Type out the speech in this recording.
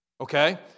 Okay